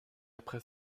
après